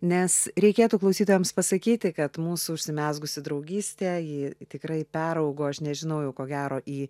nes reikėtų klausytojams pasakyti kad mūsų užsimezgusi draugystė ji tikrai peraugo aš nežinau jau ko gero į